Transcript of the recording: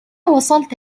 وصلت